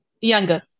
Younger